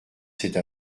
cette